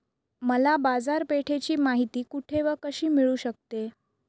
मला बाजारपेठेची माहिती कुठे व कशी मिळू शकते?